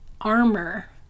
armor